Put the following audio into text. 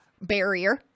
barrier